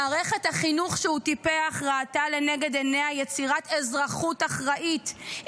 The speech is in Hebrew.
מערכת החינוך שהוא טיפח ראתה לנגד עיניה יצירת אזרחות אחראית,